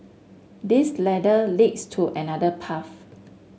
this ladder leads to another path